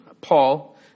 Paul